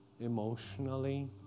emotionally